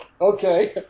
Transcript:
Okay